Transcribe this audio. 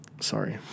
Sorry